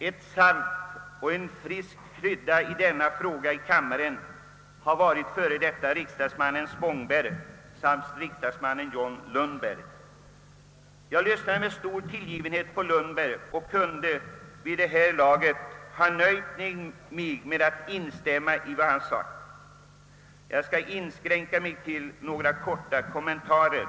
Ett salt och en frisk krydda i denna debatt här i kammaren har varit före detta riksdagsmannen Spångberg och riksdagsman John Lundberg. Jag lyssnade med stor sympati till herr Lundberg och kunde vid det här laget ha nöjt mig med att instämma i vad han yttrade. Jag skall inskränka mig till några korta kommentarer.